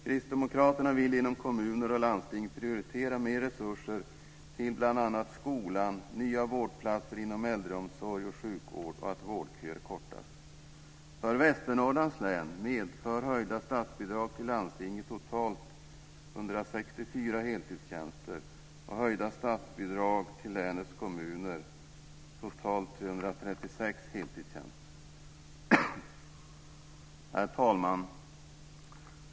Kristdemokraterna vill inom kommuner och landsting prioritera mer resurser till bl.a. skolan, nya vårdplatser inom åldreomsorg och sjukvård och kortare vårdköer. Herr talman!